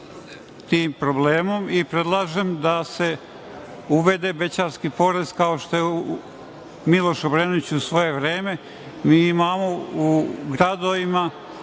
tim problemom. Predlažem da se uvede bećarski porez, kao što je Miloš Obrenović u svoje vreme. Mi imamo u gradovima